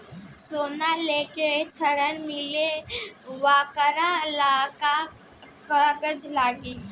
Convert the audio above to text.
सोना लेके ऋण मिलेला वोकरा ला का कागज लागी?